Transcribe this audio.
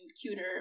cuter